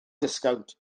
disgownt